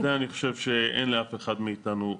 על זה אני חושב שאין לאף אחד מאיתנו ספק.